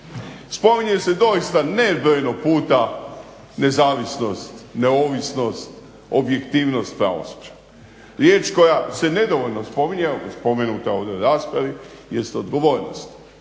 Spominje se doista nebrojeno puta nezavisnost, neovisnost, objektivnost pravosuđa. Riječ koja se nedovoljno spominje, a spomenuta je u ovoj raspravi jest odgovornost